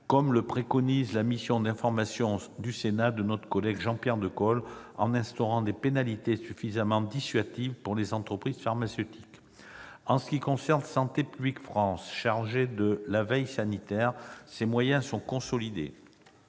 comme le préconise la mission d'information du Sénat dont notre collègue Jean-Pierre Decool était le rapporteur, en instaurant des pénalités suffisamment dissuasives pour les entreprises pharmaceutiques. S'agissant de Santé publique France, chargée de la veille sanitaire, ses moyens sont consolidés.